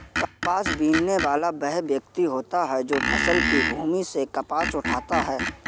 कपास बीनने वाला वह व्यक्ति होता है जो फसल की भूमि से कपास उठाता है